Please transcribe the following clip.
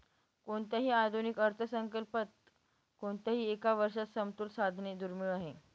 कोणत्याही आधुनिक अर्थसंकल्पात कोणत्याही एका वर्षात समतोल साधणे दुर्मिळ आहे